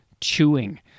chewing